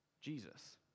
Jesus